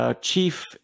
Chief